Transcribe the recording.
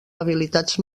habilitats